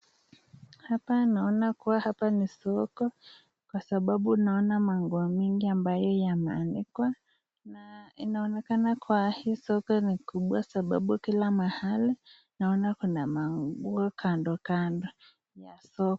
Hapa naona hapa kuwa ni soko, kwasababu naona manguo mingi ambayo yameanikwa, na inaonekana kuwa soko ni kubwa sababu kila mahali, naona kuna manguo kando kando ya soko.